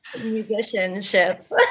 musicianship